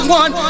one